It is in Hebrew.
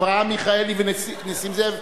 אברהם מיכאלי ונסים זאב,